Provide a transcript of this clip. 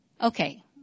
okay